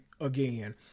again